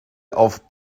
auf